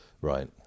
Right